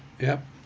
yup